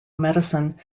medicine